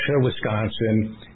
Wisconsin